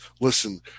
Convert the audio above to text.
listen